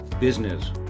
business